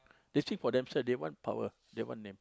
they seek for themselves they want power they want name